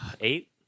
Eight